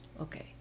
Okay